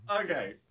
Okay